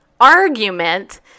argument